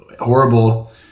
horrible